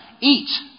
Eat